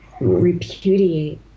repudiate